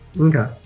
okay